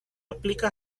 aplica